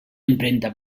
empremta